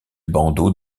bandeaux